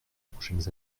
prochaines